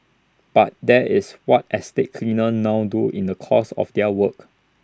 but that is what estate cleaners now do in the course of their work